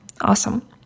Awesome